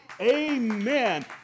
amen